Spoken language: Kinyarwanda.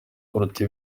kuruta